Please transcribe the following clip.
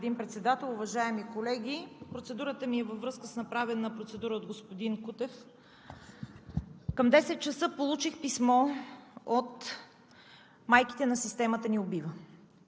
господин Председател, уважаеми колеги! Процедурата ми е във връзка с направена процедура от господин Кутев. Към 10,00 ч. получих писмо от майките на „Системата ни убива“.